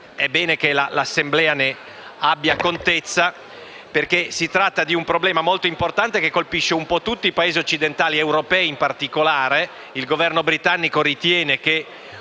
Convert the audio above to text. sia bene che l'Assemblea ne abbia contezza, perché si tratta di un problema molto importante che colpisce un po' tutti i Paesi occidentali (in particolare, europei). Il Governo britannico ritiene che